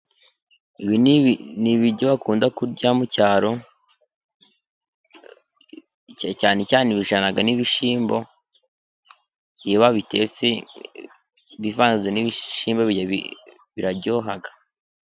Ibi ni ibiryo akunda kurya mu cyaro, cyane cyane bijyana n'ibishyimbo, iyo babitetse bivanze n'ibishyimbo biraryoha.